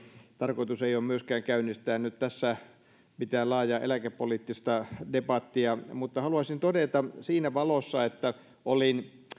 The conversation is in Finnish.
tarkoitus ei ole myöskään käynnistää nyt tässä mitään laajaa eläkepoliittista debattia mutta haluaisin todeta siinä valossa että olin